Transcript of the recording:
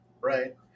right